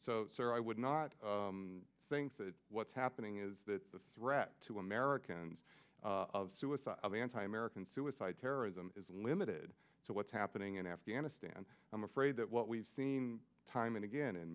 so i would not think that what's happening is that the threat to americans of suicide of anti american suicide terrorism is limited to what's happening in afghanistan i'm afraid what we've seen time and again in